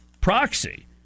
proxy